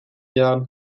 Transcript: jahren